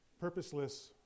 Purposeless